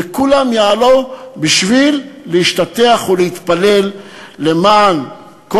וכולם יעלו בשביל להשתטח ולהתפלל למען כל